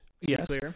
Yes